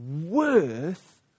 worth